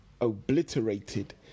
obliterated